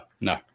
no